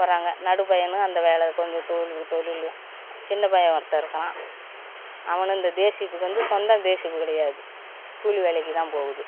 போகிறாங்க நடு பையனும் அந்த வேலை கொஞ்சம் தொழி தொழிலு சின்ன பையன் ஒருத்தன் இருக்கிறான் அவனும் இந்த ஜேசிபிக்கு வந்து சொந்த ஜேசிபி கிடையாது கூலி வேலைக்குதான் போகுது